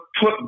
put